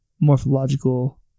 morphological